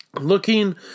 Looking